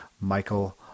Michael